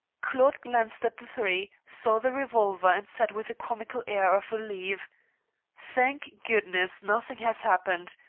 claude glanced at the three, saw the revolver, and said with a comical air of relief thank goodness, nothing has happened.